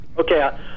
Okay